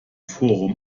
forum